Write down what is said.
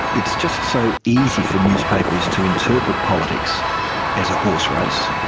it's just so easy for newspapers to interpret politics as a horse race,